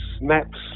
maps